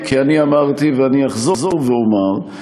ואני אחזור ואומר,